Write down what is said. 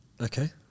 Okay